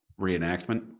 reenactment